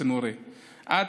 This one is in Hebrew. "את,